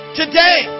today